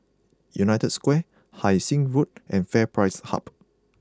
United Square Hai Sing Road and FairPrice Hub